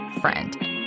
friend